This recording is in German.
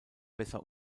besser